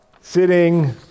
sitting